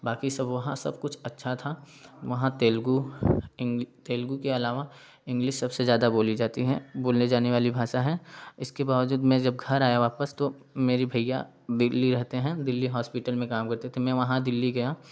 बाकी सब वहाँ सब कुछ अच्छा था वहाँ तेलुगु इंग तेलुगु के अलावा इंग्लिस सबसे ज़्यादा बोली जाती है बोलने जाने वाली भाषा है इसके बावजूद मैं जब घर आया वापस तो मेरी भैया दिल्ली रहते हैं दिल्ली हॉस्पिटल में काम करते थे मैं वहाँ दिल्ली गया